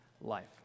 life